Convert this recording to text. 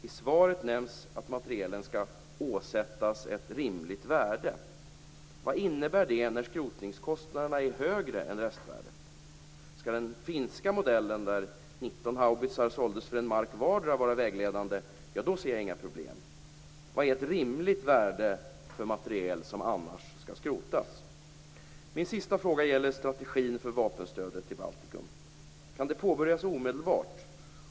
I svaret nämns att materielen skall "åsättas ett rimligt värde". Vad innebär det när skrotningskostnaderna är högre än restvärdet? Skall den finska modellen, där 19 haubitsar såldes för en mark vardera, vara vägledande? I så fall ser jag inga problem. Vad är ett rimligt värde för materiel som annars skall skrotas? Min sista fråga gäller strategin för vapenstödet till Baltikum. Kan det påbörjas omedelbart?